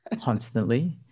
constantly